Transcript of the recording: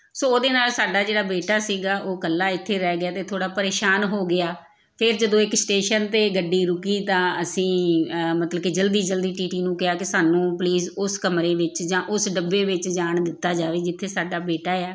ਸੋ ਉਹਦੇ ਨਾਲ ਸਾਡਾ ਜਿਹੜਾ ਬੇਟਾ ਸੀਗਾ ਉਹ ਇਕੱਲਾ ਇੱਥੇ ਰਹਿ ਗਿਆ ਅਤੇ ਥੋੜ੍ਹਾ ਪਰੇਸ਼ਾਨ ਹੋ ਗਿਆ ਫਿਰ ਜਦੋਂ ਇੱਕ ਸਟੇਸ਼ਨ 'ਤੇ ਗੱਡੀ ਰੁਕੀ ਤਾਂ ਅਸੀਂ ਮਤਲਬ ਕਿ ਜਲਦੀ ਜਲਦੀ ਟੀ ਟੀ ਨੂੰ ਕਿਹਾ ਕਿ ਸਾਨੂੰ ਪਲੀਜ਼ ਉਸ ਕਮਰੇ ਵਿੱਚ ਜਾਂ ਉਸ ਡੱਬੇ ਵਿੱਚ ਜਾਣ ਦਿੱਤਾ ਜਾਵੇ ਜਿੱਥੇ ਸਾਡਾ ਬੇਟਾ ਆ